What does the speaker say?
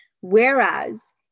Whereas